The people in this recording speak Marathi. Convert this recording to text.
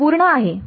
ते पूर्ण आहे